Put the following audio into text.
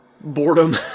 Boredom